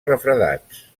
refredats